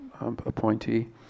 appointee